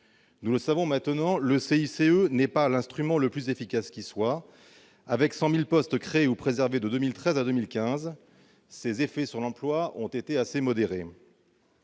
Nous le savons maintenant, le CICE n'est pas l'instrument le plus efficace qui soit : avec 100 000 postes créés ou préservés de 2013 à 2015, ses effets sur l'emploi ont été assez modérés.